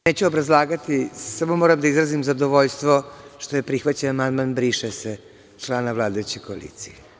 Neću obrazlagati, samo moram da izrazim zadovoljstvo što je prihvaćen amandman „briše se“ člana vladajuće koalicije.